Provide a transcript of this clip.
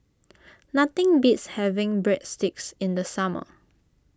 nothing beats having Breadsticks in the summer